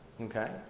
Okay